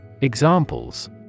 Examples